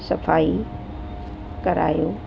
सफ़ाई करायो